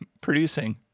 producing